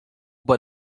but